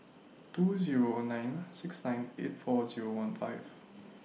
two Zero nine six nine eight four Zero one five